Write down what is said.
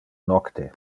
nocte